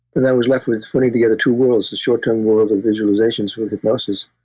and i was left with putting together two worlds, the short term world of visualizations with hypnosis,